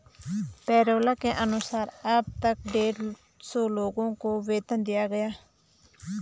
payroll के अनुसार अब तक डेढ़ सौ लोगों को वेतन दिया गया है